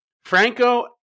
Franco